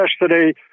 yesterday